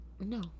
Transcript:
No